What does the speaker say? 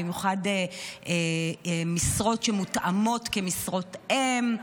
במיוחד משרות שמותאמות כמשרות אם.